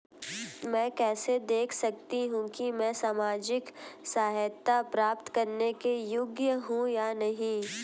मैं कैसे देख सकती हूँ कि मैं सामाजिक सहायता प्राप्त करने के योग्य हूँ या नहीं?